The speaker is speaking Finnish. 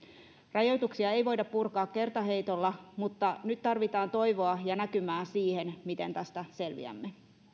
rajoituksia ei voida purkaa kertaheitolla mutta nyt tarvitaan toivoa ja näkymää siihen miten tästä selviämme